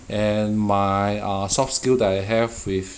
and my uh soft skill that I have with